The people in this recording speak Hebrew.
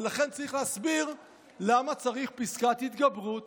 ולכן צריך להסביר למה צריך פסקת התגברות